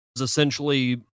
essentially